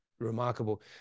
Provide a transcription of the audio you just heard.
remarkable